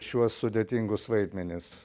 šiuos sudėtingus vaidmenis